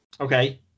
Okay